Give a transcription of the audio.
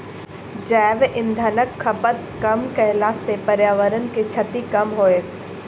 जैव इंधनक खपत कम कयला सॅ पर्यावरण के क्षति कम होयत